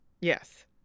yes